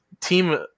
team